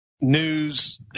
news